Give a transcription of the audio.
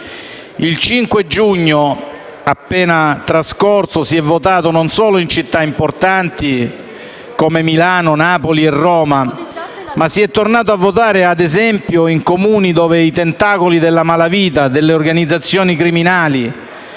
Il 5 giugno appena trascorso si è votato non solo in città importanti come Milano, Napoli e Roma ma si è tornato a votare, ad esempio, in Comuni dove i tentacoli della malavita e delle organizzazioni criminali